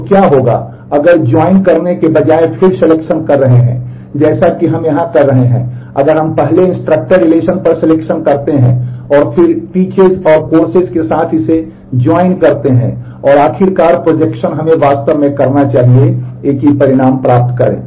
तो क्या होगा अगर जॉइन हमें वास्तव में करना चाहिए एक ही परिणाम प्राप्त करें